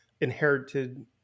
inherited